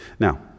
Now